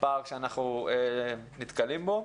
הפער שאנחנו נתקלים בו.